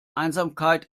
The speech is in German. einsamkeit